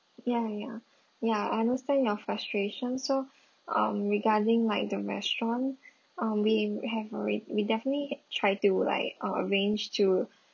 ya ya ya I understand your frustration so um regarding like the restaurant um we have alrea~ we definitely try to like uh arrange to